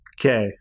Okay